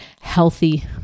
healthy